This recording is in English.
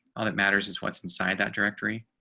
all that matters is what's inside that directory